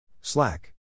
Slack